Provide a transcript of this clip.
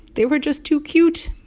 they were just too cute.